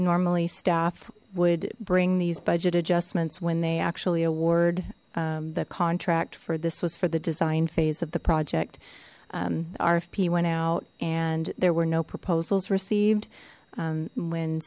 normally staff would bring these budget adjustments when they actually award the contract for this was for the design phase of the project rfp went out and there were no proposals received when